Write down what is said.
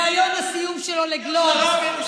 בריאיון הסיום שלו לגלובס,